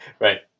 Right